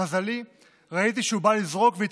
למזלי, ראיתי שהוא בא לזרוק והתכופפתי.